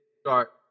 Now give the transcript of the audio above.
start